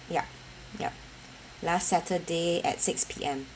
yup yup last saturday at six P_M